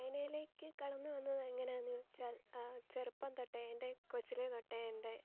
വായനയിലേക്കു കടന്നു വന്നത് എങ്ങനെയാണ് വെച്ചാല് ചെറുപ്പം തൊട്ടേ എന്റെ കൊച്ചിലെ തൊട്ടേ എന്റെ